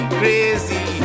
crazy